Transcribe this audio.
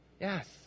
Yes